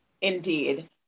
Indeed